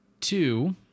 Two